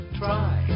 try